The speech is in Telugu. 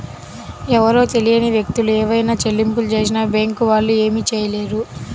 ఎవరో తెలియని వ్యక్తులు ఏవైనా చెల్లింపులు చేసినా బ్యేంకు వాళ్ళు ఏమీ చేయలేరు